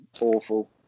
awful